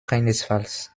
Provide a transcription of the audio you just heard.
keinesfalls